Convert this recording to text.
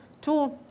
Two